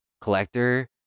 collector